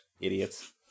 Idiots